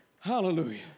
Hallelujah